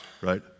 right